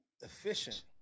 efficient